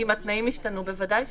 אם התנאים השתנו, בוודאי שכן.